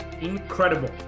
incredible